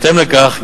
בהתאם לכך,